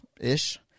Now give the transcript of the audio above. ish